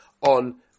on